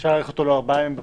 אפשר לתת לו ארבעה ימים?